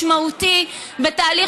המכונה סקוטי-אנגלי,